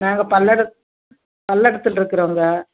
நாங்கள் பல்லடம் பல்லடத்தில் இருக்கிறோங்க